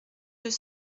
deux